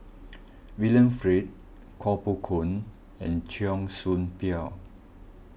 William Flint Koh Poh Koon and Cheong Soo Pieng